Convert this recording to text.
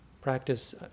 practice